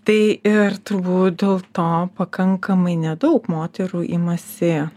tai ir turbūt dėl to pakankamai nedaug moterų imasi